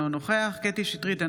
אינו נוכח קטי קטרין שטרית,